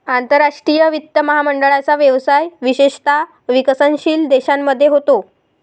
आंतरराष्ट्रीय वित्त महामंडळाचा व्यवसाय विशेषतः विकसनशील देशांमध्ये होतो